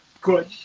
good